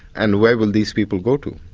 and where will these people go to?